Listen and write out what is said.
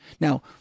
Now